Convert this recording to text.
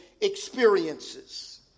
experiences